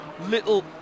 little